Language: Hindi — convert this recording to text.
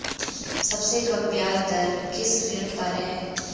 सबसे कम ब्याज दर किस ऋण पर है?